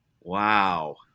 wow